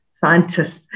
scientists